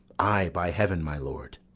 ay, by heaven, my lord.